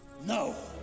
No